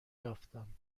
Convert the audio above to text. یافتم